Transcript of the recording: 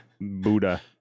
Buddha